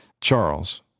Charles